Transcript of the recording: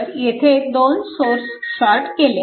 तर येथे दोन सोर्स शॉर्ट केले